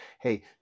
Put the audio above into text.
hey